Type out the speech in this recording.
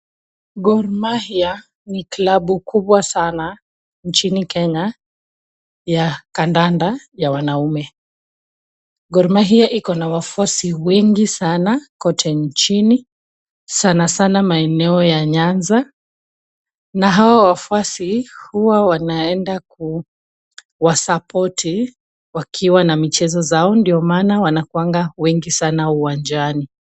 Gor Mahia ni kilabu kubwa sana nchini Kenya ya kandanda ya wanaume. Gor Mahia iko na wafuasi wengi sana kote nchini sanasana maeneo ya Nyanza, na hao wafuasi huwa wanaenda kuwa support wakiwa na michezo zao ndio maana wanakuwanga wengi uwanjani.